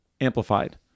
amplified